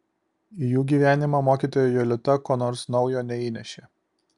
į jų gyvenimą mokytoja jolita ko nors naujo neįnešė